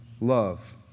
love